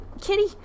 kitty